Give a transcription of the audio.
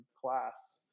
class